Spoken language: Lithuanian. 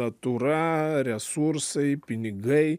natūra resursai pinigai